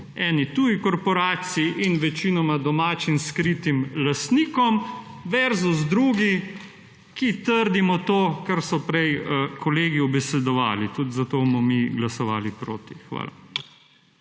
eni tuji korporaciji in večinoma domačim skritim lastnikom. Versus drugi, ki trdimo to, kar so prej kolegi ubesedovali. Tudi zato bomo mi glasovali proti. Hvala.